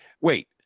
Wait